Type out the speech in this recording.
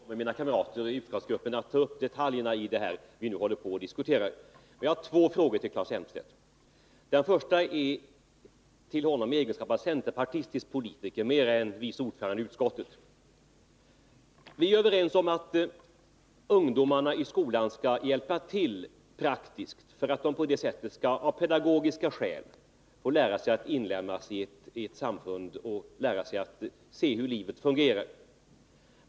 Fru talman! Som jag sagt tidigare, kommer mina kamrater i utskottsgruppen att ta upp detaljerna i det förslag som vi nu håller på och diskuterar. Men jag har två frågor till Claes Elmstedt. Den första frågan ställer jag till honom mera i hans egenskap av centerpartistisk politiker än vice ordförande i utskottet. Vi är överens om att ungdomarna i skolan skall hjälpa till praktiskt för att på det sättet, av pedagogiska skäl, få lära sig att inlemmas i ett samfund och lära sig hur livet fungerar.